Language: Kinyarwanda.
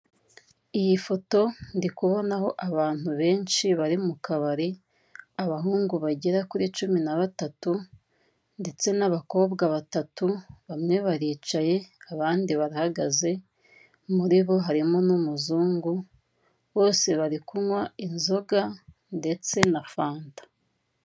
Iyi foto ndikubonaho abantu bensi bari mu kabari abahungu bagera kuri cumi na batatu ndetse n'abakobwa batatu bamwe baricaye abandi barahagaze muri bo harimo n'umuzungu bose bari kunwa inzoga ndetse na fanta.